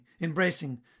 embracing